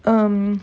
um